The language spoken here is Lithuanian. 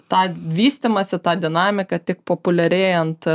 tą vystymąsi tą dinamiką tik populiarėjant